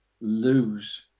lose